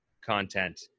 content